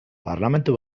parlamentu